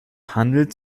handelt